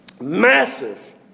massive